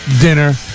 dinner